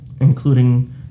including